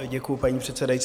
Děkuju, paní předsedající.